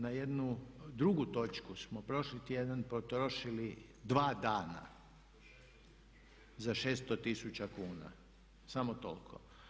Na jednu drugu točku smo prošli tjedan potrošili dva dana za 600 tisuća kuna, samo toliko.